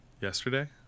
Yesterday